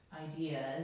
ideas